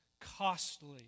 costly